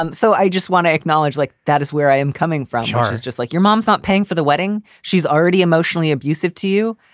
um so i just want to acknowledge like that is where i am coming from. heart is just like your mom's not paying for the wedding she's already emotionally abusive to you.